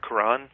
Quran